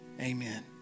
amen